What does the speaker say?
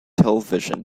television